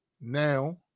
now